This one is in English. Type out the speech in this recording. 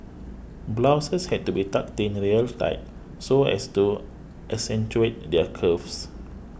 blouses had to be tucked in real tight so as to accentuate their curves